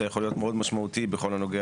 זה יכול להיות מאוד משמעותי בכל הנוגע